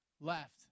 left